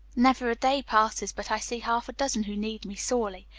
never a day passes but i see half a dozen who need me, sorely.